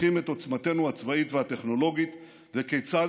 מטפחים את עוצמתנו הצבאית והטכנולוגית וכיצד